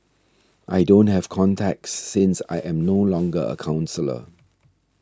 I don't have contacts since I am no longer a counsellor